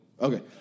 Okay